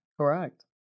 Correct